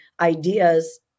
ideas